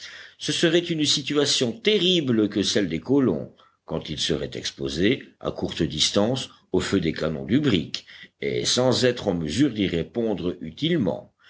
ce serait une situation terrible que celle des colons quand ils seraient exposés à courte distance au feu des canons du brick et sans être en mesure d'y répondre utilement